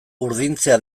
urdintzea